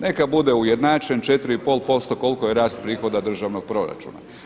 Neka bude ujednačen 4,5% koliko je rast prihoda državnog proračuna.